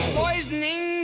poisoning